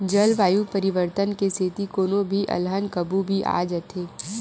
जलवायु परिवर्तन के सेती कोनो भी अलहन कभू भी आ जाथे